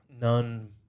None